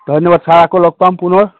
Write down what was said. ধন্যবাদ চাৰ আকৌ লগ পাম পুনৰ